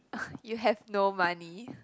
you have no money